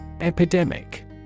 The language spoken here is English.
Epidemic